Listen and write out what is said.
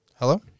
Hello